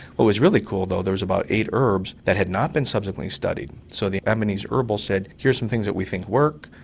what was really cool though, there were about eight herbs that had not been subsequently studied. so the ambonese herbal said, here are some things that we think work,